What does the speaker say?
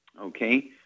okay